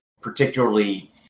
particularly